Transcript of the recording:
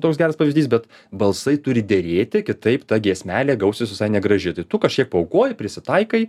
toks geras pavyzdys bet balsai turi derėti kitaip ta giesmelė gausis visai negraži tai tu kažkiek paaukoji prisitaikai